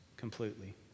completely